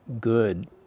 good